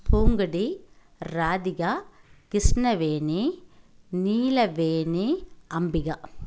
Poongodi Radhika Krishnaveni Neelaveni Ambika